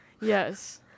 Yes